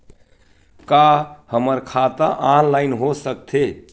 का हमर खाता ऑनलाइन हो सकथे?